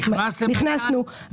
נכנסנו.